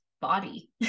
body